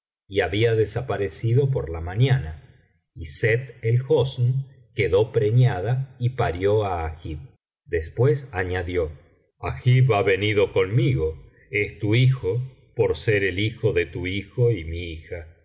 y había desaparecido por la mañana y sett el hosn quedó preñada y parió á agib después añadió agib ha venido conmigo es tu hijopor ser el hijo de tu hijo y mi hija